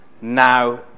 now